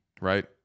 right